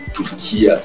Turkey